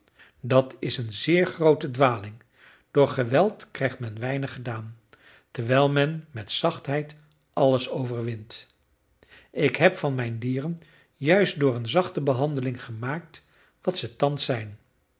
dat is een zeer groote dwaling door geweld krijgt men weinig gedaan terwijl men met zachtheid alles overwint ik heb van mijn dieren juist door een zachte behandeling gemaakt wat ze thans zijn